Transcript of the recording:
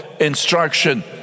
instruction